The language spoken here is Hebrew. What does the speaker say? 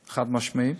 חד-משמעי.